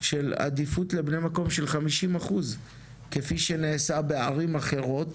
של עדיפות לבני מקום של 50% כפי שנעשה בערים אחרות.